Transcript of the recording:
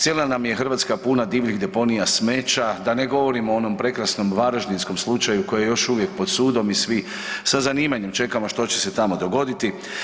Cijela nam je Hrvatska puna divljih deponija smeća da ne govorimo o onom prekrasnom varaždinskom slučaju koji je još uvijek pod sudom i svi sa zanimanjem čekamo što će se tamo dogoditi.